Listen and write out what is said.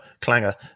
clanger